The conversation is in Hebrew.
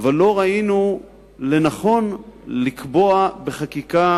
אבל לא ראינו לנכון לקבוע בחקיקה